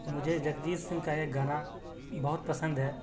مجھے جگجیت سنگھ کا ایک گانا بہت پسند ہیں